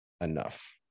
enough